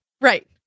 Right